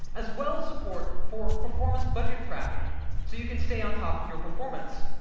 as well as support for performance budget tracking, so you can stay on top of your performance.